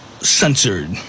censored